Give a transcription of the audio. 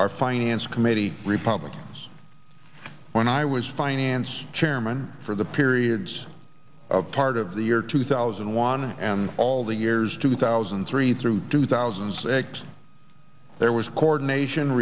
our finance committee republicans when i was finance chairman for the periods of part of the year two thousand and one and all the years two thousand and three through two thousand and six there was coordination